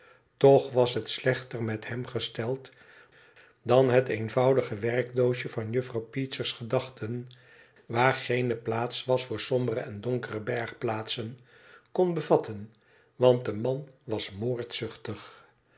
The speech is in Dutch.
toch was het slechter met hem gesteld dan het eenvoudige werkdoosje van juffrouw peecher's gedachten waarin geene plaats was voor sombere en donkere bergplaatsen kon bevatten want de man was moordzuchtig